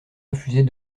refusez